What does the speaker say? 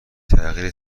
تغییر